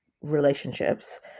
relationships